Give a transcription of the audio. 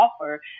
offer